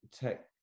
tech